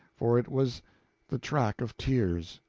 for it was the track of tears.